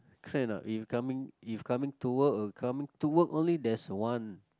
correct or not if coming if coming to work if coming to work only that's one